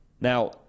Now